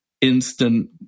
instant